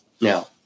Now